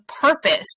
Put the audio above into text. purpose